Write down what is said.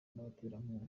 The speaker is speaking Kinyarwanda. n’abaterankunga